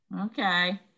Okay